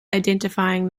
identifying